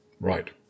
Right